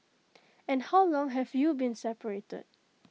and how long have you been separated